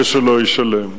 ושלא ישלם.